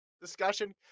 discussion